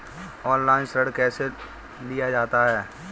Online ऋण कैसे लिया जाता है?